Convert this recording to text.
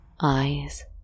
eyes